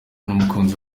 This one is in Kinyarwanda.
n’umukunzi